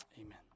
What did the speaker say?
Amen